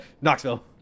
Knoxville